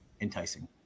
enticing